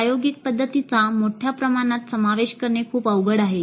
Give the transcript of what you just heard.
प्रायोगिक पध्दतीचा मोठ्या प्रमाणात समावेश करणे खूप अवघड आहे